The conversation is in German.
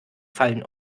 fallen